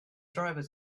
drivers